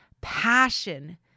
passion